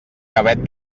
gavet